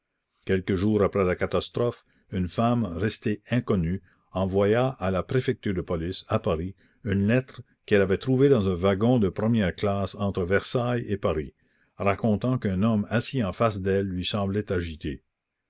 quelques jours après la catastrophe une femme restée inconnue envoya à la préfecture de police à paris une lettre qu'elle avait trouvée dans un wagon de première classe entre versailles et paris racontant qu'un homme assis en face d'elle lui semblait agité